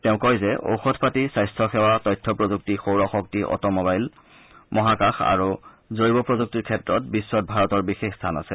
তেওঁ কয় যে ঔষধপাতি স্বাস্থ্য সেৱা তথ্য প্ৰযুক্ত সৌৰ শক্তি অট মবাইল মহাকাশ আৰু জৈৱ প্ৰযুক্তিৰ ক্ষেত্ৰত বিশ্বত ভাৰতত বিশেষ স্থান আছে